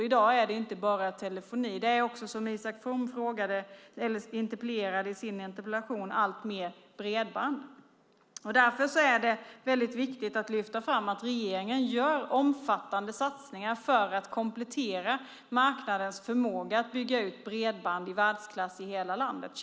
I dag handlar det inte bara om telefoni, utan det handlar också alltmer om bredband som Isak From tog upp i sin interpellation. Därför är det väldigt viktigt att lyfta fram att regeringen gör omfattande satsningar för att komplettera marknadens förmåga att bygga ut ett bredband i världsklass i hela landet.